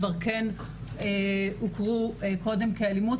כבר כן הוכרו קודם כאלימות.